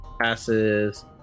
Passes